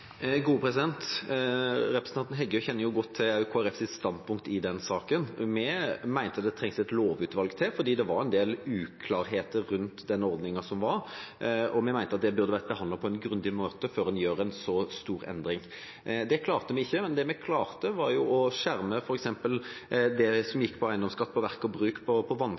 Representanten Heggø kjenner jo godt til Kristelig Folkepartis standpunkt i den saken. Vi mente det trengtes et lovutvalg, fordi det var en del uklarheter rundt den ordningen som var. Vi mente at det burde vært behandlet på en grundig måte før en gjorde en så stor endring. Det klarte vi ikke, men det vi klarte, var å skjerme f.eks. det som gikk på eiendomsskatt på verk og bruk, på